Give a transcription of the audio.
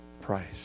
price